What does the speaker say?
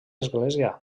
església